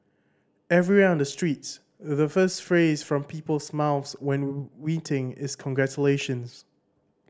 everywhere on the streets The first phrase from people's mouths when meeting is congratulations